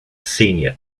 senior